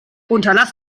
unterlass